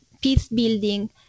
peace-building